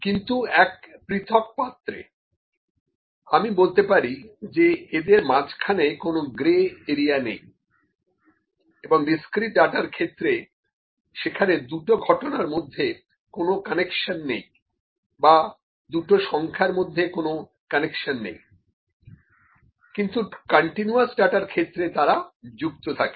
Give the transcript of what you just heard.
কিন্তু এক পৃথক পাত্রে আমি বলতে পারি যে এদের মাঝখানে কোনো গ্রে এরিয়া নেই এবং ডিসক্রিট ডাটার ক্ষেত্রে সেখানে দুটো ঘটনার মধ্যে কোনো কানেকশন নেই বা দুটো সংখ্যার মধ্যে কোনো কানেকশন নেই কিন্তু কন্টিনিউয়াস ডাটার ক্ষেত্রে তারা যুক্ত থাকে